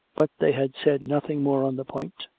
but they had said nothing more on the point,